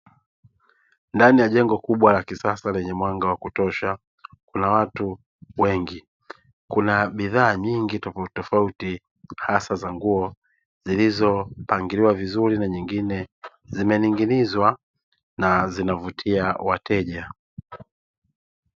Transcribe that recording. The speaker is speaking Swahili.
Ndani ya jengo kubwa la kisasa lenye mwanga wa kutosha kuna watu wengi, kuna bidhaa nyingi tofauti tofauti hasa za nguo zilizopangiliwa vizuri na nyingine zimening'inizwa na zinavutia wateja.